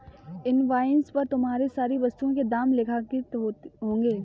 invoice पर तुम्हारे सारी वस्तुओं के दाम लेखांकित होंगे